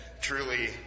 truly